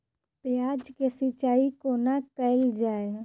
प्याज केँ सिचाई कोना कैल जाए?